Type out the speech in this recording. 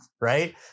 Right